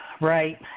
Right